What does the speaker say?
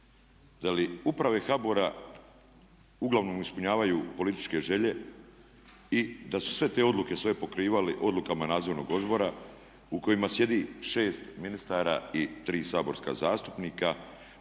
Da li uprave HBOR-a uglavnom ispunjavaju političke želje i da su sve te odluke svoje pokrivali odlukama nadzornog odbora u kojima sjedi šest ministara i tri saborska zastupnika